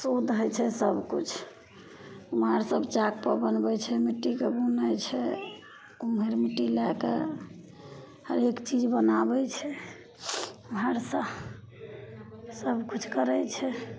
शुद्ध होइ छै सबकिछु कुम्हारसभ चाकपर बनबै छै मिट्टीके बुनै छै कुम्हार मिट्टी लैके हरेक चीज बनाबै छै घरसे सबकिछु करै छै